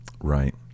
Right